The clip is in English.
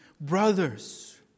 Brothers